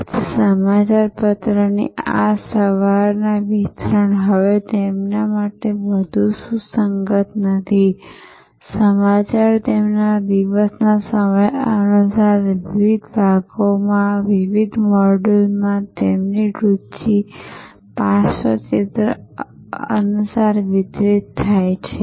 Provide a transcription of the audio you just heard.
તેથી સમાચારપત્રની આ સવારના વિતરણ હવે તેમના માટે વધુ સુસંગત નથી સમાચાર તેમના દિવસના સમય અનુસાર વિવિધ ભાગોમાં વિવિધ મોડ્યુલમાં તેમની રુચિ પાશ્ચચિત્ર અનુસાર વિતરિત થાય છે